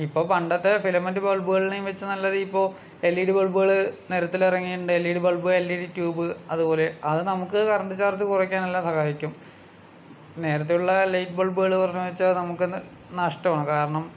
ഇപ്പോ പണ്ടത്തെ ഫിലമെറൻറ്റ് ബൾബുകളെയും വെച്ച് നല്ലത് ഇപ്പോൾ എൽ ഇ ഡി ബൾബുകൾ നിരത്തിലിറങ്ങിയിട്ടുണ്ട് L E D bulb L E D tube അതുപോലെ അത് നമുക്ക് കറൻറ്റ് ചാർജ് കുറക്കാനെല്ലാം സഹായിക്കും നേരത്തെയുള്ള ലൈറ്റ് ബൾബുകൾ പറഞ്ഞാച്ചാൽ നമുക്ക് നഷ്ടമാണ് കാരണം